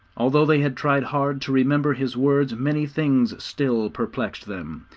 although they had tried hard to remember his words, many things still perplexed them.